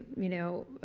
you know,